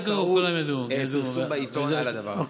רק ראו פרסום בעיתון על הדבר הזה.